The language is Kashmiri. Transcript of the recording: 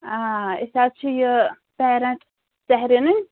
آ أسۍ حظ چھِ یہِ پیرنٛٹ سہرِیٖنٕنۍ